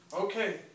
Okay